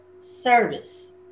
service